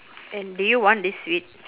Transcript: and do you want this sweet